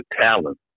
talent